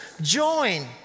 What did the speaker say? join